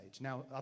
Now